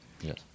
yes